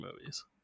movies